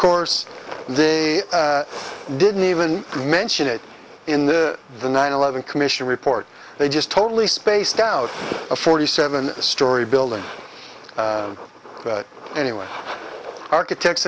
course they didn't even mention it in the the nine eleven commission report they just totally spaced out a forty seven story building anyway architects